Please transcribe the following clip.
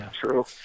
True